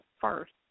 first